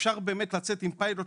אפשר לצאת עם פיילוט,